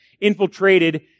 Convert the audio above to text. infiltrated